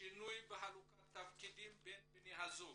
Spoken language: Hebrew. שינוי בחלוקת התפקידים בין בני הזוג.